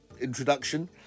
introduction